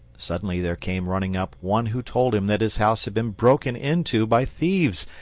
suddenly there came running up one who told him that his house had been broken into by thieves,